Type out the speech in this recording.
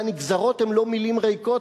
והנגזרות הן לא מלים ריקות,